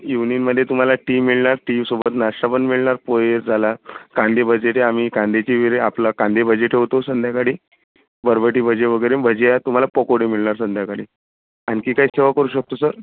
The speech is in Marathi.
इव्हिनिंगमध्ये तुम्हाला टी मिळणार टीसोबत नाश्ता पण मिळणार पोहे झाला कांदेभजे ते आम्ही कांद्याची वेरे आपलं कांदेभजे ठेवतो संध्याकाळी बरबटी भजी वगैरे भजी आणि तुम्हाला पोकोडे मिळणार संध्याकाळी आणखी काही सेवा करू शकतो सर